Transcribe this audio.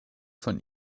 von